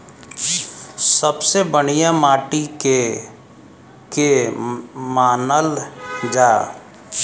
सबसे बढ़िया माटी के के मानल जा?